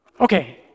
Okay